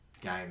game